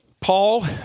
Paul